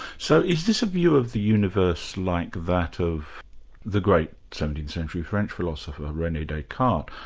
so is this a view of the universe like that of the great seventeenth century french philosopher, rene descartes?